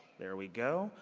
there we go.